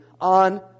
on